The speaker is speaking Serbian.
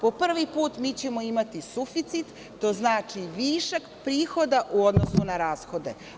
Po prvi put mi ćemo imati suficit, to znači višak prihoda u odnosu na rashode.